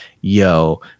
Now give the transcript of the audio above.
yo